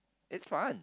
it's fun